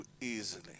easily